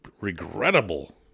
regrettable